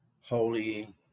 holy